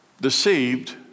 Deceived